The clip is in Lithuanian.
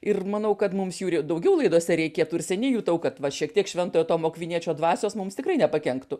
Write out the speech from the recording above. ir manau kad mums daugiau laidose reikėtų ir seniai jutau kad va šiek tiek šventojo tomo akviniečio dvasios mums tikrai nepakenktų